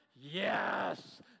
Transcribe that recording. yes